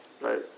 Right